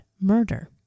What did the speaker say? Murder